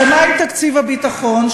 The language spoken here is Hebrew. ומה עם תקציב הביטחון,